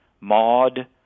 Maud